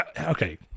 okay